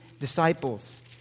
disciples